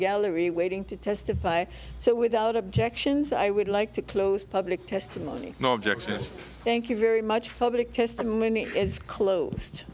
waiting to testify so without objections i would like to close public testimony no objection thank you very much public testimony is closed